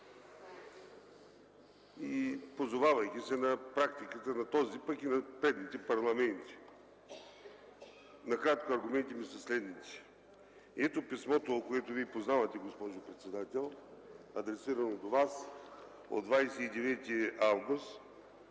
позовавайки се на практиката на този, пък и на предните парламенти. Аргументите ми са следните. Ето писмото, което Вие познавате, госпожо председател – адресирано до Вас от 29 август